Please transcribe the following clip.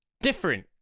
different